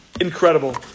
incredible